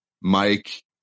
Mike